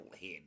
head